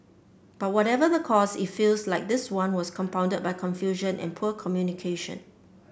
but whatever the cause it feels like this one was compounded by confusion and poor communication